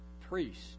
priest